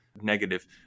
negative